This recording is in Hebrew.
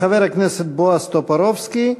חבר הכנסת בועז טופורובסקי.